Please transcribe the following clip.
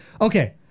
Okay